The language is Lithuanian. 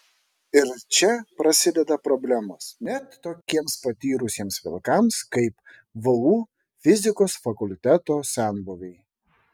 ir čia prasideda problemos net tokiems patyrusiems vilkams kaip vu fizikos fakulteto senbuviai